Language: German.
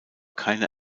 keine